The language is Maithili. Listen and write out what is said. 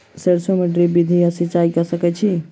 सैरसो मे ड्रिप विधि सँ सिंचाई कऽ सकैत छी की?